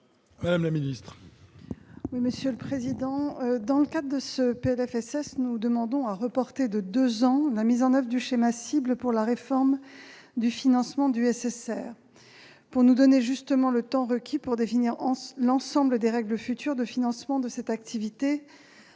Madame la ministre,